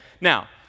now